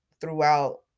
throughout